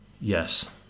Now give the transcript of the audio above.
yes